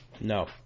No